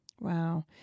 Wow